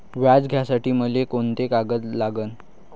व्याज घ्यासाठी मले कोंते कागद लागन?